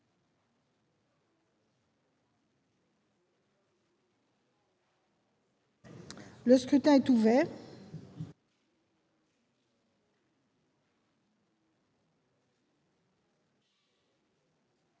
Le scrutin est ouvert.